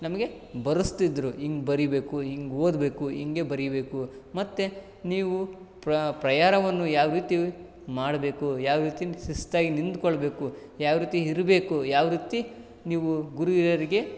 ನಮಗೆ ಬರೆಸ್ತಿದ್ರು ಹಿಂಗೆ ಬರೀಬೇಕು ಹಿಂಗೆ ಓದಬೇಕು ಹೀಗೇ ಬರೀಬೇಕು ಮತ್ತು ನೀವು ಪ್ರಯಾರವನ್ನು ಯಾವ ರೀತಿ ಮಾಡಬೇಕು ಯಾವ ರೀತಿಯಲ್ಲಿ ಶಿಸ್ತಾಗ್ ನಿಂತುಕೊಳ್ಬೇಕು ಯಾವ ರೀತಿ ಇರಬೇಕು ಯಾವ ರೀತಿ ನೀವು ಗುರು ಹಿರಿಯರಿಗೆ